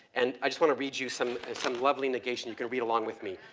and i just want to read you some some lovely negation, you can read along with me.